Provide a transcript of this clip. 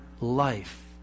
life